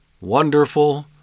wonderful